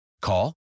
Call